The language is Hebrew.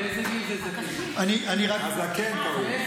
איך קראו לבן-גוריון?